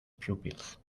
pupils